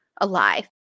alive